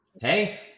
Hey